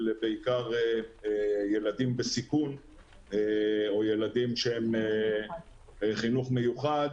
בעיקר של ילדים בסיכון או ילדים של חינוך מיוחד,